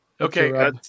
Okay